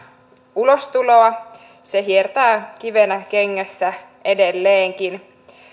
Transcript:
ulostuloa se hiertää kivenä kengässä edelleenkin